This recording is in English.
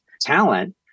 talent